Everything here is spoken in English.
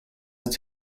its